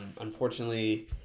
Unfortunately